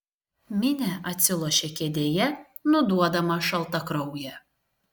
minė atsilošė kėdėje nuduodama šaltakrauję